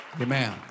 Amen